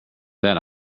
that